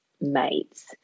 mates